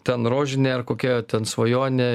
ten rožinė ar kokia ten svajonė